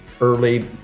early